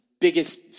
biggest